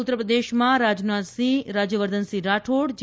ઉત્તર પ્રદેશમાં રાજનાથસિંહ રાજ્યવર્ધનસિંહ રાઠોડ જે